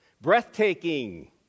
breathtaking